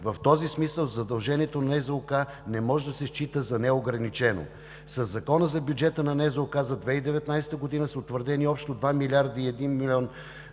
В този смисъл задължението на НЗОК не може да се счита за неограничено. Със Закона за бюджета на НЗОК за 2019 г. са утвърдени общо 2 млрд. 1 млн.